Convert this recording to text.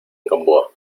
gamboa